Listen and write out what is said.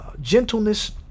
gentleness